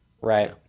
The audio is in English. Right